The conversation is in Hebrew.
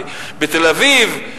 בתל-אביב,